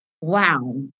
wow